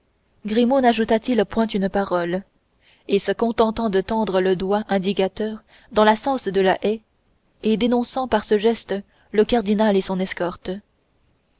grimaud najouta t il point une parole se contentant de tendre le doigt indicateur dans la direction de la haie et dénonçant par ce geste le cardinal et son escorte